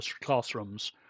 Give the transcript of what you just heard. classrooms